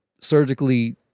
surgically